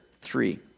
three